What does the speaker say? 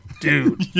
dude